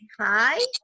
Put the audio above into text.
hi